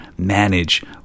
manage